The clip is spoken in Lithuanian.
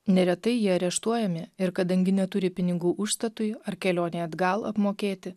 neretai jie areštuojami ir kadangi neturi pinigų užstatui ar kelionei atgal apmokėti